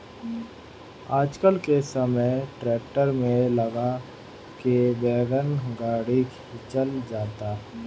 आजकल के समय ट्रैक्टर में लगा के वैगन गाड़ी खिंचल जाता